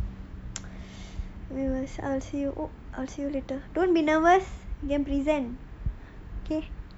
okay okay all the best for your presentation I will see you later don't be nervous you can present K